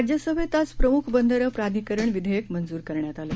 राज्यसभेतआजप्रमुखबंदरंप्राधिकरणविधेयकमंजुरकरण्यातआलं